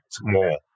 more